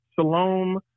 Shalom